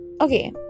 okay